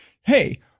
hey